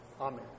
Amen